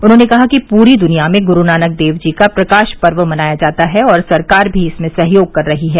उन्होंने कहा कि पूरी दनिया में गुरूनानक देव जी का प्रकाश पर्व मनाया जाता है और सरकार भी इसमें सहयोग कर रही है